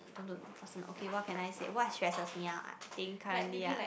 don't don't personal okay what can I say what stresses me ah think currently ah